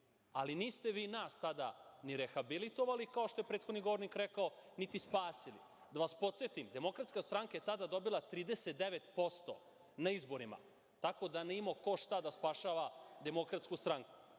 ali niste vi nas tada ni rehabilitovali, kao što je prethodni govornik rekao, niti spasili. Da vas podsetim, DS je tada dobila 39% na izborima, tako da nije imao ko šta da spašava DS. Možemo da